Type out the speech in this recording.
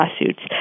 lawsuits